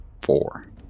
four